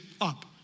up